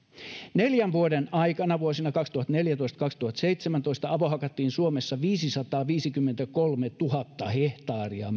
neljän vuoden aikana vuosina kaksituhattaneljätoista viiva kaksituhattaseitsemäntoista avohakattiin suomessa viisisataaviisikymmentäkolmetuhatta hehtaaria